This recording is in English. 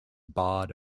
barred